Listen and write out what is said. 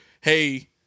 hey